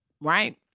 Right